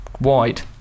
wide